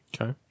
Okay